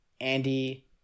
Andy